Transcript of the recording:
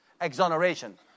exoneration